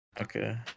Okay